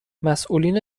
مسئولین